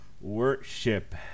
worship